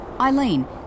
Eileen